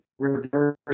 Reverse